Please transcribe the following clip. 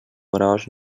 gros